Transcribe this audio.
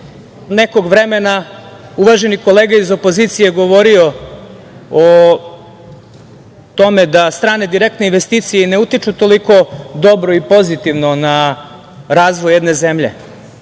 nekog vremena uvaženi kolega iz opozicije je govorio o tome da strane direktne investicije ne utiču toliko dobro i pozitivno na razvoj jedne zemlje.